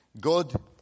God